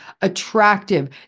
attractive